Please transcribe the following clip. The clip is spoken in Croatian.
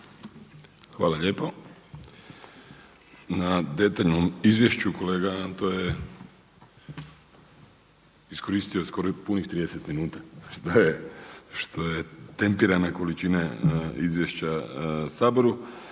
Hvala lijepo na detaljnom izvješću, kolega to je iskoristio skoro punih 30 minuta, što je tempirana količina izvješća Saboru.